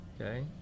okay